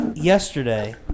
Yesterday